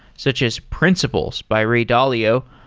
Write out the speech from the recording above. such as principles by ray daio,